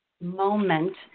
moment